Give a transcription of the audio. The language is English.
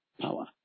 power